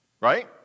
right